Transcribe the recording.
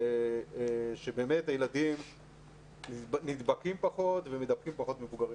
שבאמת הילדים נדבקים פחות ומדבקים פחות ממבוגרים.